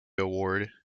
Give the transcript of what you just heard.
award